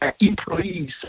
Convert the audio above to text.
employees